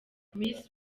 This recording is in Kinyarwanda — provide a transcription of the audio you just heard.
miss